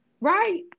right